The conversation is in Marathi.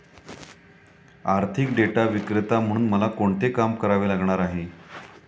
आर्थिक डेटा विक्रेता म्हणून मला कोणते काम करावे लागणार आहे?